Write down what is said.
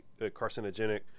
carcinogenic